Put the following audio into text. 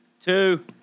two